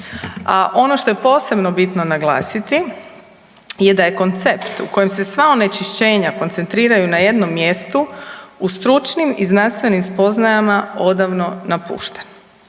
ono što je posebno bitno naglasiti je da je koncept u kojem se sva onečišćenja koncentriraju na jednom mjestu u stručnim i znanstvenim spoznajama odavno napušten.